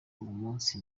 munsi